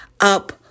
up